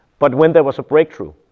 but when there was a breakthrough